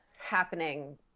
happening